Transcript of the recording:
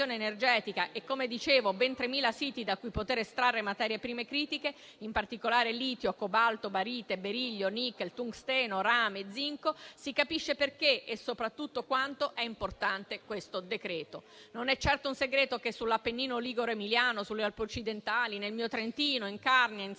energetica e, come dicevo, ben 3.000 siti da cui poter estrarre materie prime critiche (in particolare litio, cobalto, barite, berillio, nickel, tungsteno, rame, zinco), si capisce perché e soprattutto quanto sia importante questo decreto-legge. Non è certo un segreto che sull'Appennino ligure-emiliano, sulle Alpi occidentali, nel mio Trentino, in Carnia e in